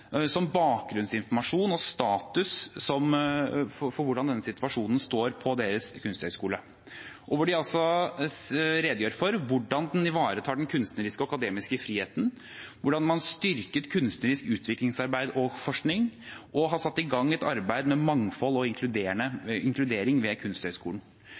de for hvordan de ivaretar den kunstneriske og akademiske friheten, hvordan man styrker kunstnerisk utviklingsarbeid og forskning, og at man har satt i gang et arbeid med mangfold og inkludering ved Kunsthøgskolen.